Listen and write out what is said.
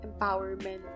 empowerment